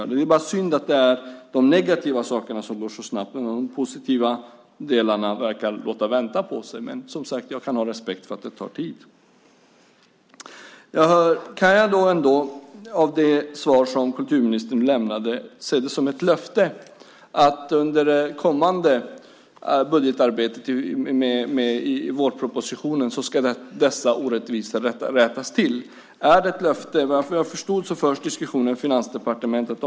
Det är bara synd att det är de negativa sakerna som går så snabbt medan de positiva delarna verkar låta vänta på sig. Men, som sagt, jag kan ha respekt för att det tar tid. Kan jag ändå av det svar som kulturministern lämnade se det som ett löfte att dessa orättvisor ska rättas till under det kommande budgetarbetet med vårpropositionen? Är det ett löfte? Vad jag förstod förs diskussionen i Finansdepartementet.